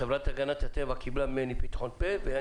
החברה להגנת הטבע קיבלה ממני פתחון פה.